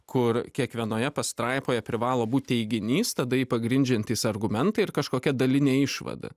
kur kiekvienoje pastraipoje privalo būt teiginys tada jį pagrindžiantys argumentai ir kažkokia dalinė išvada